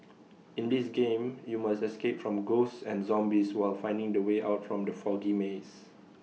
in this game you must escape from ghosts and zombies while finding the way out from the foggy maze